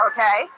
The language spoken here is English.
Okay